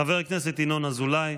חבר הכנסת ינון אזולאי,